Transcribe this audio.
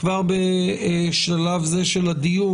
כבר בשלב זה של הדיון,